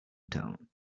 town